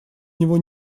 него